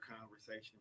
conversation